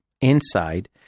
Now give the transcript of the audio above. inside